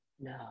no